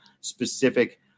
specific